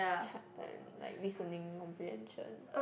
cha~ and like listening comprehension